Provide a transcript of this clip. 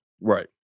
Right